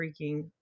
freaking